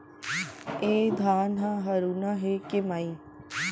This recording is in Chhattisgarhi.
ए धान ह हरूना हे के माई?